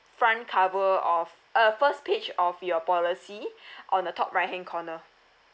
front cover of uh first page of your policy on the top right hand corner